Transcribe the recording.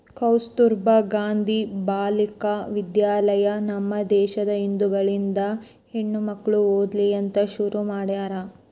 ಕಸ್ತುರ್ಭ ಗಾಂಧಿ ಬಾಲಿಕ ವಿದ್ಯಾಲಯ ನಮ್ ದೇಶದ ಹಿಂದುಳಿದ ಹೆಣ್ಮಕ್ಳು ಓದ್ಲಿ ಅಂತ ಶುರು ಮಾಡ್ಯಾರ